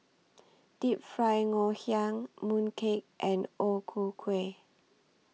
Deep Fried Ngoh Hiang Mooncake and O Ku Kueh